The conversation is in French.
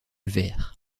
vert